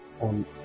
on